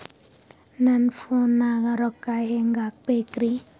ನನ್ನ ಫೋನ್ ನಾಗ ರೊಕ್ಕ ಹೆಂಗ ಹಾಕ ಬೇಕ್ರಿ?